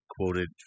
quoted